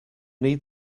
need